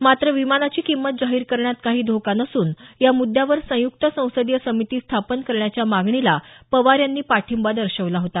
मात्र विमानाची किंमत जाहीर करण्यात काही धोका नसून या मुद्द्यावर संयुक्त संसदीय समिती स्थापन करण्याच्या मागणीला पवार यांनी पाठिंबा दर्शवला होता